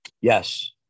Yes